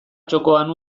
txokoan